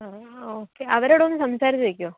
ആ ഓക്കെ അവരോടൊന്നു സംസാരിച്ചു വെക്കുമോ